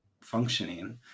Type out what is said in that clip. functioning